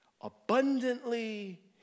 Abundantly